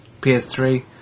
PS3